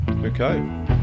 Okay